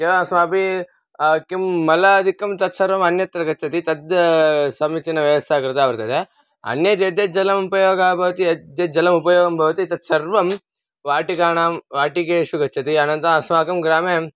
केवलम् अस्माभिः किं मलादिकं तत्सर्वम् अन्यत्र गच्छति तत् समीचीनव्यवस्था कृता वर्तते अन्यत् यद्यत् जलमुपयोगः भवति यद्यज्जलमुपयोगं भवति तत्सर्वं वाटिकायां वाटिकेषु गच्छति अनन्तरं अस्माकं ग्रामे